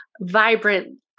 vibrant